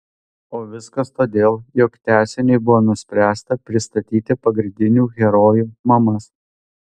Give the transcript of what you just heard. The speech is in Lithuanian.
o viskas todėl jog tęsiniui buvo nuspręsta pristatyti pagrindinių herojų mamas